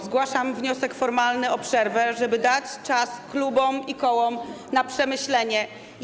Zgłaszam wniosek formalny o przerwę, żeby dać czas klubom i kołom na przemyślenie tego.